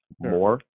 more